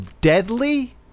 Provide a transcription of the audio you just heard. Deadly